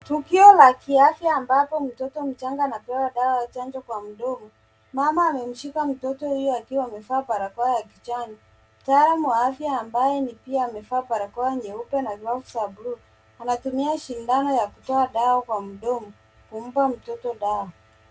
Tukio la kiafya ambapo mtoto mchanga anapewa dawa ya chanjo kwa mdomo ,mama amemshika mtoto huyo akiwa amevaa barakoa ya kijani, mtaalam wa afya ambaye amevaa barakoa anatumia shindano ya kutoa dawa kwa mdomo kumpa mtoto dawa.